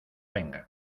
vengan